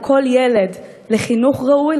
לכל ילד לחינוך ראוי,